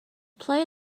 play